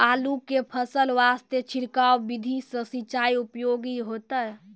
आलू के फसल वास्ते छिड़काव विधि से सिंचाई उपयोगी होइतै?